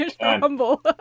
humble